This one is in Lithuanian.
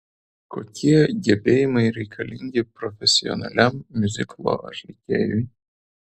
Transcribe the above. kokie gebėjimai reikalingi profesionaliam miuziklo atlikėjui